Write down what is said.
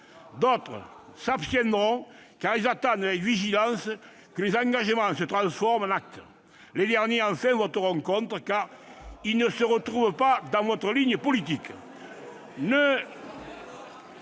D'autres s'abstiendront, car ils attendent avec vigilance que les engagements se transforment en actes. Nul n'est parfait ! Les derniers, enfin, voteront contre, car ils ne se retrouvent pas dans votre ligne politique.